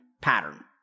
pattern